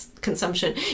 consumption